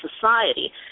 society